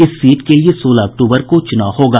इस सीट के लिये सोलह अक्टूबर को चुनाव होगा